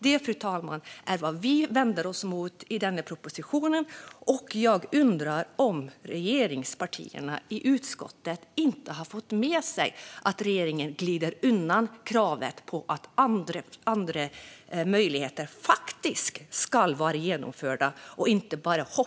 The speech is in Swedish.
Detta är vad vi vänder oss emot i propositionen. Jag undrar om regeringspartierna i utskottet inte har fått med sig att regeringen glider undan kravet på att andra möjligheter ska vara uttömda och att man bara hoppas att de ska vara det.